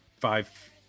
five